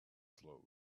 slowly